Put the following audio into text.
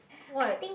what